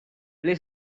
play